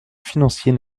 financier